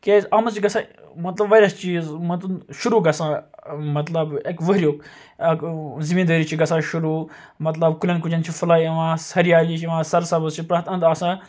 کیاز اتھ مَنٛز چھِ گژھان مطلب واریاہ چیٖز مَطلب شروٗع گژھان مَطلَب اَکہِ ؤریُک زٔمیٖندٲری چھِ گژھان شروٗع مَطلَب کُلیٚن کُجن چھ فُلاے یِوان ہریالی چھِ یِوان سرسبز چھ پرٛٮ۪تھ اَندٕ آسان